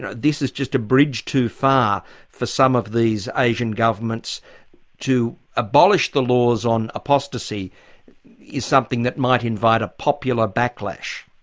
and this is just a bridge too far for some of these asian governments to abolish the laws on apostasy is something that might invite a popular backlash?